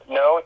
no